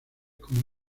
como